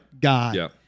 guy